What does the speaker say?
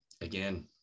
again